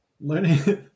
learning